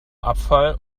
abfall